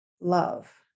love